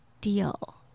deal